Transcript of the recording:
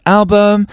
album